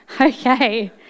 okay